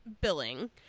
billing